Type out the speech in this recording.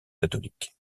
catholique